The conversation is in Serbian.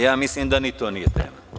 Ja mislim da ni to nije tema.